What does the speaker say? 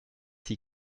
sie